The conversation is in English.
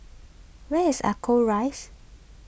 where is Ascot Rise